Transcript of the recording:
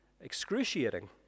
excruciating